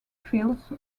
fields